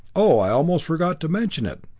oh, i almost forgot to mention it.